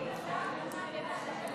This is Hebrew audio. אתה מסכים עם העמדה שאתה מקריא?